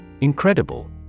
Incredible